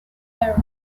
opera